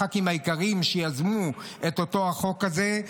לח"כים היקרים שיזמו את החוק הזה.